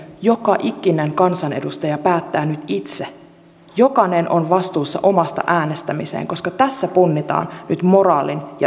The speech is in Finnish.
joka ikinen kansanedustaja päättää nyt itse jokainen on vastuussa omasta äänestämisestään koska tässä punnitaan nyt moraalin ja ihmisoikeuksien rajat